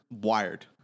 wired